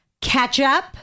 Ketchup